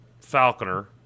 falconer